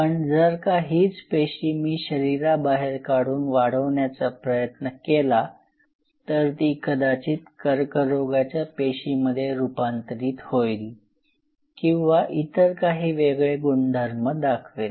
पण जर का हीच पेशी मी शरीराबाहेर काढून वाढवण्याचा प्रयत्न केला तर ती कदाचित कर्करोगाच्या पेशीमध्ये रूपांतरित होईल किंवा इतर काही वेगळे गुणधर्म दाखवेल